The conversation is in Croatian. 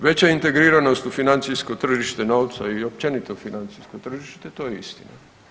Veća integriranost u financijsko tržište novca i općenito financijskog tržište, to je istina.